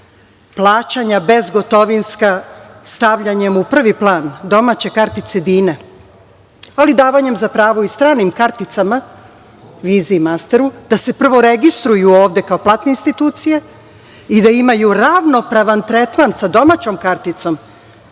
plaćanja bezgotovinska, stavljanjem u prvi plan domaće kartice "dine", ali davanjem za pravo i stranim karticama "vize" i "masteru" da se prvo registruju ovde kao platne institucije i da imaju ravnopravan tretman sa domaćom karticom,